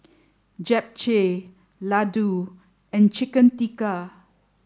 Japchae Ladoo and Chicken Tikka